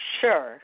sure